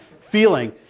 feeling